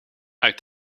uit